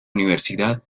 universidad